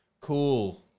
cool